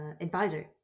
advisor